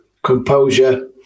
Composure